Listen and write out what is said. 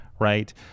right